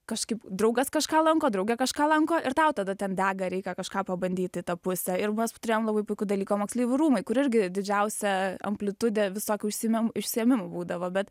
kažkaip draugas kažką lanko draugė kažką lanko ir tau tada ten dega reikia kažką pabandyti į tą pusę ir mes turėjom labai puikų dalyką moksleivių rūmai kur irgi didžiausią amplitudę visokių išsiėmim užsiėmimų būdavo bet